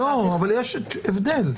יש הבדל.